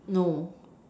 no